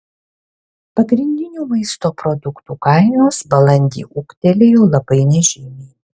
pagrindinių maisto produktų kainos balandį ūgtelėjo labai nežymiai